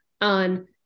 on